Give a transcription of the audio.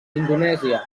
indonèsia